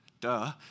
duh